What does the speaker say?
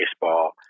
baseball